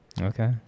Okay